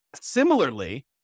Similarly